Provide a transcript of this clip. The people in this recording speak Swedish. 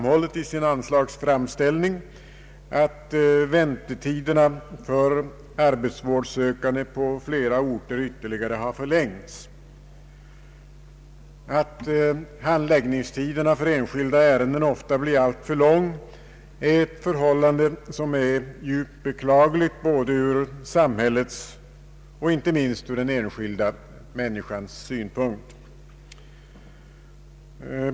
hållit i sin anslagsframställning har väntetiderna för arbetsvårdssökande på flera orter tyvärr ytterligare förlängts. Att handläggningstiderna för enskilda ärenden ofta blir alltför långa är djupt beklagligt såväl från samhällets som inte minst från den enskilda människans synpunkt.